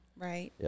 Right